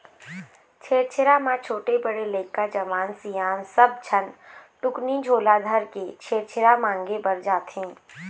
छेरछेरा म छोटे, बड़े लइका, जवान, सियान सब झन टुकनी झोला धरके छेरछेरा मांगे बर जाथें